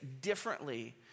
differently